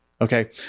Okay